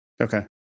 Okay